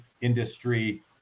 industry